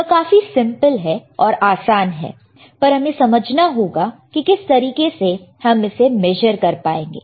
यह काफी सिंपल है और आसान है पर हमें समझना होगा कि किस तरीके से हम इसे मेजर कर पाएंगे